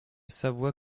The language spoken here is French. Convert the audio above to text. savoie